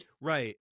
Right